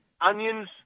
Onions